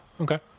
okay